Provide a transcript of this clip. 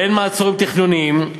ואין מעצורים תכנוניים,